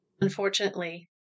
Unfortunately